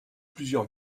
plusieurs